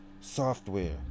software